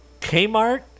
Kmart